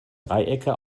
dreiecke